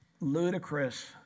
ludicrous